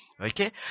Okay